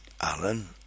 Alan